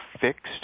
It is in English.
fixed